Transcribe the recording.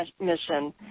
mission